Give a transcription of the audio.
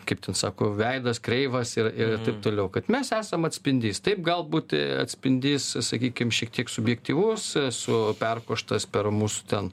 kaip ten sako veidas kreivas ir ir taip toliau kad mes esam atspindys taip galbūt atspindys sakykim šiek tiek subjektyvus su perkoštas per mūsų ten